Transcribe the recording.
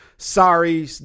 Sorry